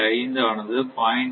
5 ஆனது 0